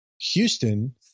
Houston